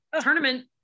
tournament